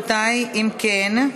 אם כן,